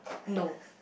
no